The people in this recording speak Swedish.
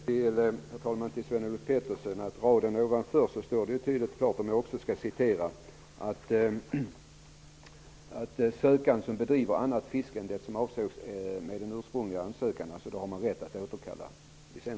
Herr talman! Det står klart och tydligt på raden ovanför det Sven-Olof Petersson läste upp att man har rätt att återkalla licensen om den sökande bedriver annat fiske än det som avsågs med den ursprungliga ansökan.